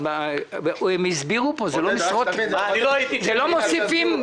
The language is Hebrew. אבל הם הסבירו פה, לא מוסיפים.